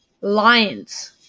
Lions